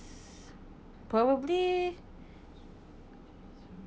probably